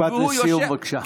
משפט לסיום, בבקשה.